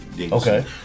okay